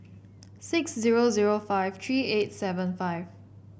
six zero zero five three eight seven five